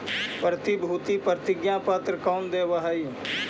प्रतिभूति प्रतिज्ञा पत्र कौन देवअ हई